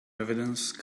evidence